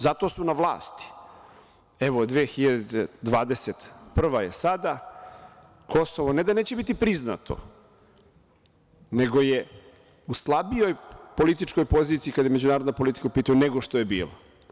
Zato su na vlasti, evo 2021. godina je sada, Kosovo ne da neće biti priznato, nego je u slabijoj političkoj poziciji kada je međunarodna politika u pitanju nego što je bila.